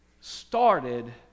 started